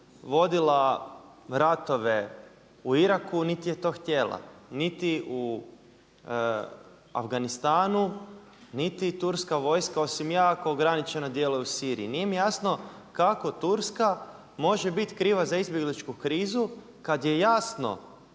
vodila ratove u Iraku niti je to htjela, niti u Afganistanu niti turska vojska osim jako ograničeno djeluje u Siriji. Nije mi jasno kako Turska može biti kriva za izbjegličku krizu kada je jasno